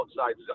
outside